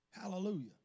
Hallelujah